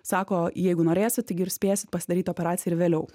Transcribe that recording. sako jeigu norėsit taigi ir spėsit pasidaryt operaciją ir vėliau